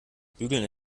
bügeln